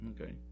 Okay